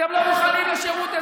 אתם לא מוכנים לשירות אזרחי,